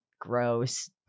gross